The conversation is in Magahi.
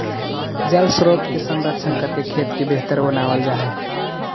जलस्रोत के संरक्षण करके खेत के बेहतर बनावल जा हई